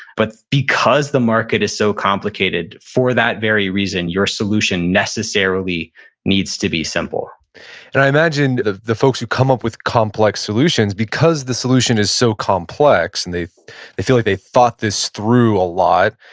but because the market is so complicated, for that very reason, your solution necessarily needs to be simple and i imagine the the folks who come up with complex solutions, because the solution is so complex and they they feel like they thought this through a lot,